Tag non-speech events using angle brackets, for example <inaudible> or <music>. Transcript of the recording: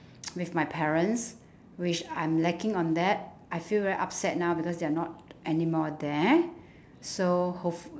<noise> with my parents which I'm lacking on that I feel very upset now because they are not <noise> anymore there so hopeful~